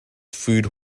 food